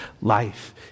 life